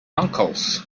uncles